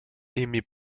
émet